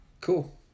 Cool